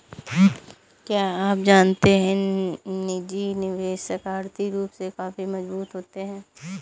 क्या आप जानते है निजी निवेशक आर्थिक रूप से काफी मजबूत होते है?